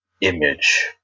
image